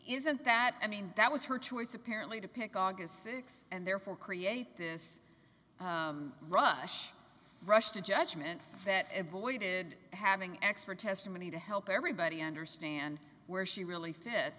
isn't that i mean that was her choice apparently to pick august th and therefore create this rush rush to judgment that a boy did having expert testimony to help everybody understand where she really fit